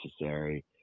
necessary